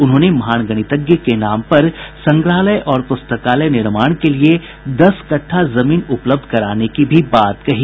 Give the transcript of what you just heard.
उन्होंने महान गणितज्ञ के नाम पर संग्रहालय और प्रस्तकालय निर्माण के लिए दस कट्ठा जमीन उपलब्ध कराने की भी बात कही